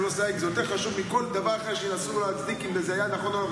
יותר חשוב מכל דבר אחר שינסו להצדיק אם זה היה נכון או לא,